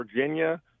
Virginia